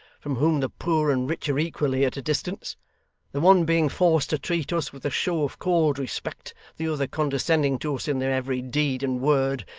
from whom the poor and rich are equally at a distance the one being forced to treat us with a show of cold respect the other condescending to us in their every deed and word,